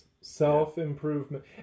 self-improvement